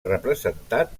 representat